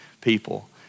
people